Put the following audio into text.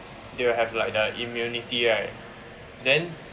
they will have like the immunity right then